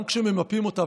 גם כשממפים אותה,